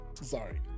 Sorry